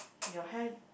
your hair